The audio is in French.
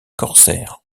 corsaire